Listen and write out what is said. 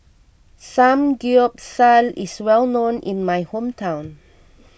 Samgyeopsal is well known in my hometown